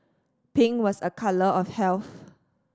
pink was a colour of health